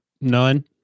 none